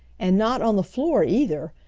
and not on the floor either,